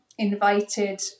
Invited